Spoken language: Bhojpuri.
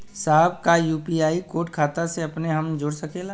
साहब का यू.पी.आई कोड खाता से अपने हम जोड़ सकेला?